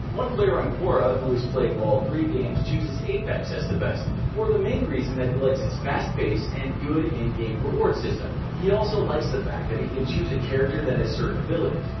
one player on quora who has played all three games chooses apex as the best, for the main reason that he likes its fast pace and good in-game rewards system. he also likes the fact he can choose a character that has certain abilities.